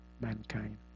mankind